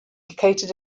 located